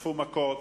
חטפו מכות,